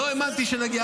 לא האמנתי שנגיע.